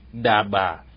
daba